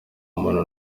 muntu